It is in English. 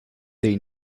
they